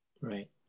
Right